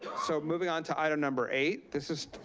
so moving onto item number eight. this is,